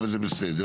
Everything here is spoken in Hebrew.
וזה בסדר,